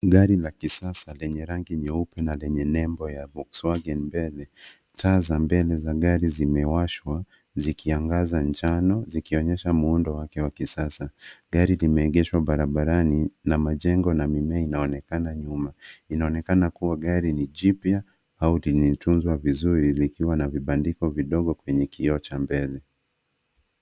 Gari la kisasa lenye rangi nyeupe na lenye nembo ya Volks Wagen mbele. Taa za mbele za gari zimewashwa zikiangaza njano zikionyesha muundo wake wa kisasa. Gari limeegeshwa barabarani na majengo na mimea inaonekana nyuma. Inaonekana kua gari ni jipya au limetunzwa vizuri likiwa na vibandiko vidogo kwenye kioo cha mbele.